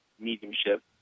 mediumship